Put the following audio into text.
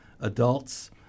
adults